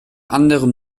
anderem